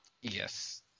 Yes